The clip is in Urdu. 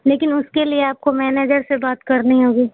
لیکن اس کے لیے آپ کو مینیجر سے بات کرنی ہوگی